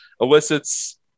elicits